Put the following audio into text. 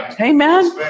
Amen